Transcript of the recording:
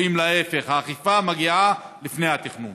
אנחנו רואים להפך: האכיפה מגיעה לפני התכנון.